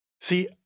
See